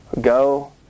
Go